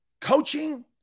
Coaching